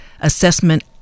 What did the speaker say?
assessment